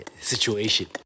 situation